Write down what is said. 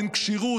אין כשירות,